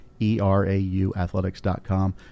e-r-a-u-athletics.com